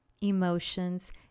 emotions